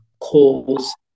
calls